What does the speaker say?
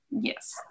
Yes